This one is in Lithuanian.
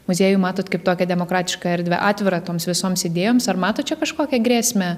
muziejų matot kaip tokią demokratišką erdvę atvirą toms visoms idėjoms ar matot čia kažkokią grėsmę